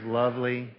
lovely